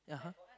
(uh huh)